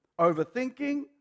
overthinking